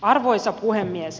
arvoisa puhemies